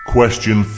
Question